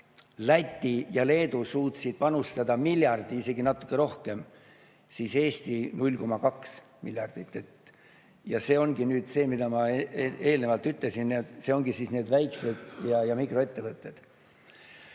Läti ja Leedu suutsid panustada miljardi, isegi natukene rohkem, aga Eesti 0,2 miljardit. Ja see ongi see, mida ma eelnevalt ütlesin: need ongi väike- ja mikroettevõtted.